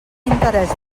interès